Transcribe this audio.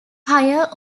higher